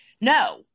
no